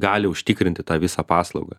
gali užtikrinti tą visą paslaugą